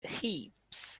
heaps